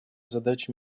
задаче